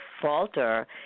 falter